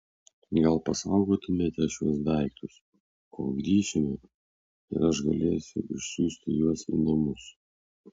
gal pasaugotumėte šiuos daiktus kol grįšime ir aš galėsiu išsiųsti juos į namus